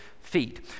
feet